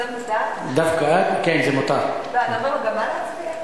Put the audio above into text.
הנושא לוועדת החינוך, התרבות והספורט נתקבלה.